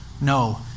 No